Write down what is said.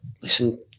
listen